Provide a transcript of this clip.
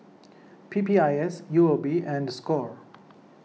P P I S U O B and Score